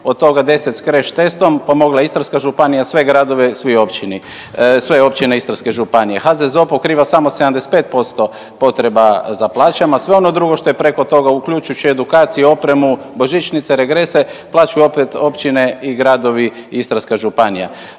od toga 10 s crash testom, pomogla Istarska županija sve gradove, svi općine Istarske županije. HZZO pokriva samo 75% potreba za plaćama, a sve ono drugo što je preko toga uključujući edukaciju i opremu, božićnice, regrese plaćaju opet općine i gradovi Istarska županija.